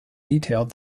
detailed